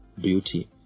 beauty